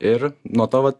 ir nuo to va